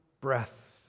breath